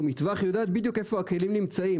מטווח היא יודעת בדיוק איפה הכלים נמצאים,